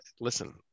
Listen